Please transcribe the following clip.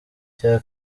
cya